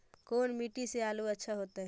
कोन मट्टी में आलु अच्छा होतै?